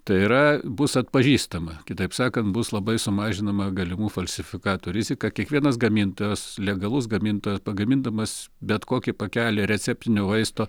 tai yra bus atpažįstama kitaip sakant bus labai sumažinama galimų falsifikatų rizika kiekvienas gamintojas legalus gamintoja pagamindamas bet kokį pakelį receptinių vaistų